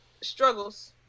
struggles